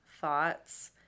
thoughts